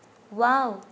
wow